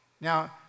Now